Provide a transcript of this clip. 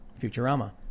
Futurama